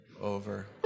over